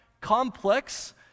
Complex